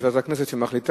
יש ועדת הכנסת שמחליטה,